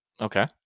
Okay